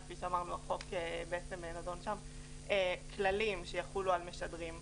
שכפי שאמרנו החוק בעצם נדון שם כללים שיחולו על משדרים.